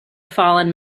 fallen